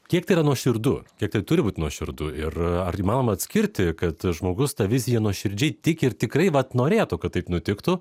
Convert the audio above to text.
kiek tai yra nuoširdu kiek tai turi būt nuoširdu ir ar įmanoma atskirti kad žmogus ta vizija nuoširdžiai tiki ir tikrai vat norėtų kad taip nutiktų